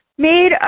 made